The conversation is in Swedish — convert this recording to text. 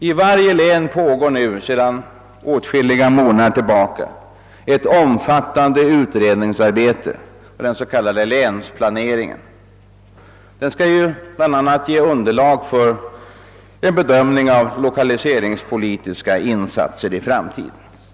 I varje län pågår nu sedan åtskilliga månader ett omfattande utredningsarbete för den s.k. länsplaneringen. Den skall ju bl.a. ge underlag för en bedömning av lokaliseringspolitiska insatser i framtiden.